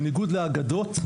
בניגוד להגדות,